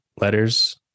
letters